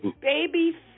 baby